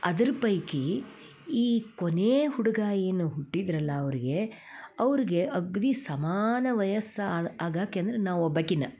ಅದ್ರ ಪೈಕಿ ಈ ಕೊನೆಯ ಹುಡುಗ ಏನು ಹುಟ್ಟಿದರಲ್ಲ ಅವ್ರಿಗೆ ಅಗದಿ ಸಮಾನ ವಯಸ್ಸು ಆಗಾಕೆ ಅಂದ್ರೆ ನಾ ಒಬ್ಬಾಕೆನ